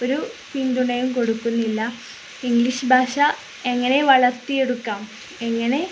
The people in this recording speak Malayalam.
ഒരു പിന്തുണയും കൊടുക്കുന്നില്ല ഇംഗ്ലീഷ് ഭാഷ എങ്ങനെ വളർത്തിയെടുക്കാം എങ്ങനെ